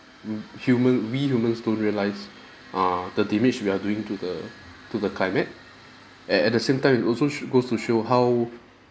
m~ human we humans don't realise err the damage we are doing to the to the climate and at the same time it also show goes to show how